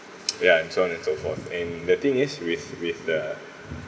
ya and so on and so forth and the thing is with with the